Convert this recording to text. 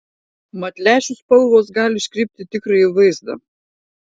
mat lęšių spalvos gali iškreipti tikrąjį vaizdą